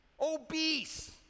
obese